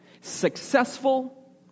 successful